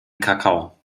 kakao